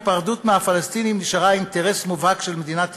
היפרדות מהפלסטינים נשארה אינטרס מובהק של מדינת ישראל,